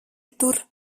tur